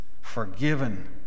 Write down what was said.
forgiven